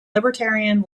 libertarian